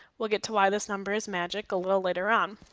we'll get to why this number is magic a little later on.